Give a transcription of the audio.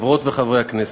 חברות וחברי הכנסת,